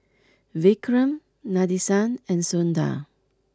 Vikram Nadesan and Sundar